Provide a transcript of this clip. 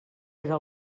era